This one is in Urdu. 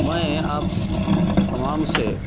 میں آپ تمام سے